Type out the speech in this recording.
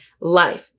life